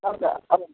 अँ त अब